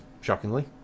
shockingly